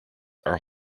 are